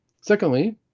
Secondly